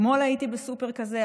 אתמול הייתי בסופר כזה,